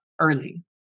early